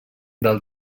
del